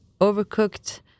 overcooked